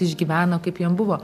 išgyveno kaip jam buvo